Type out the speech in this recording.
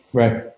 right